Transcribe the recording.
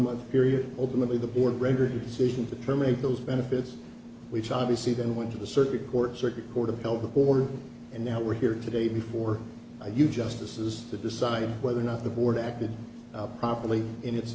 month period ultimately the board rendered decision to terminate those benefits which obviously then went to the circuit court circuit court upheld the board and now we're here today before you justices to decide whether or not the board acted properly in it